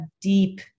deep